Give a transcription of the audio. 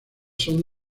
son